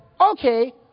okay